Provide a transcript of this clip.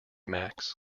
max